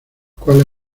cuales